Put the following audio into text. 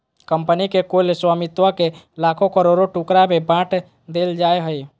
company के कुल स्वामित्व के लाखों करोड़ों टुकड़ा में बाँट देल जाय हइ